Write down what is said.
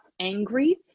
angry